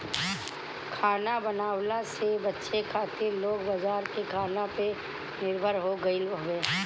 खाना बनवला से बचे खातिर लोग बाजार के खाना पे निर्भर हो गईल हवे